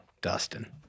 Dustin